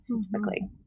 specifically